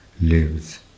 lives